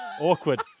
Awkward